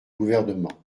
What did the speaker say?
gouvernement